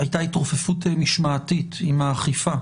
הייתה התרופפות משמעתית עם האכיפה